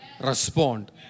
Respond